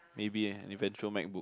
maybe eh eventual MacBook